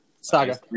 saga